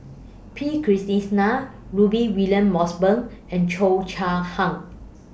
P Krishnan Rudy William Mosbergen and Cheo Chai Hiang